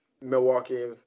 Milwaukee